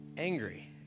angry